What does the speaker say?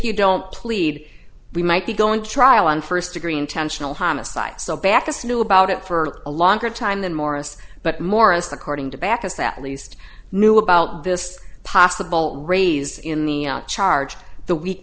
you don't plead we might be going to trial on first degree intentional homicide so backus knew about it for a longer time than morris but morris according to baucus that at least knew about this possible raise in the charge the week